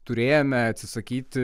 turėjome atsisakyti